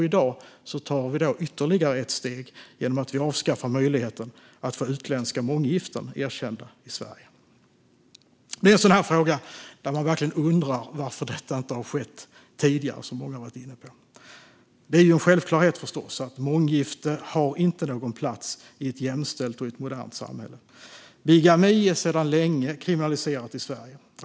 I dag tar vi ytterligare ett steg genom att vi avskaffar möjligheten att få utländska månggiften erkända i Sverige. Det här är en sådan fråga där man verkligen undrar varför det inte har skett tidigare - som många har varit inne på. Det är förstås en självklarhet att månggifte inte har någon plats i ett jämställt och modernt samhälle. Bigami är sedan länge kriminaliserat i Sverige.